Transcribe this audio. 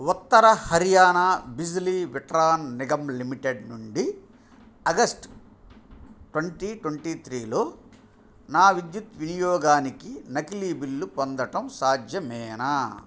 ఉత్తర Haryana Bijli Vitran Nigam limited నుండి August twenty twenty త్రీలో నా విద్యుత్ వినియోగానికి నకిలీ బిల్లు పొందటం సాధ్యమేనా